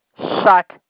shut